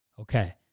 Okay